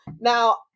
now